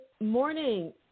morning